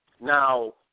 Now